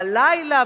בלילה,